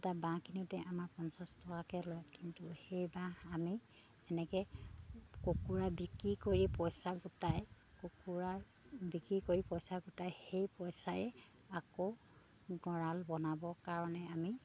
এটা বাঁহ কিনোতে আমাৰ পঞ্চাছ টকাকৈ লয় কিন্তু সেই বাঁহ আমি এনেকৈ কুকুৰা বিক্ৰী কৰি পইচা গোটাই কুকুৰা বিক্ৰী কৰি পইচা গোটাই সেই পইচাৰে আকৌ গঁৰাল বনাব কাৰণে আমি